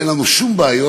אין לנו שום בעיות,